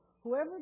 whoever